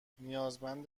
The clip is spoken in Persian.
نیازمند